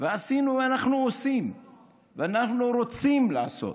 ועשינו ואנחנו עושים ואנחנו רוצים לעשות.